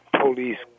police